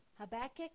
Habakkuk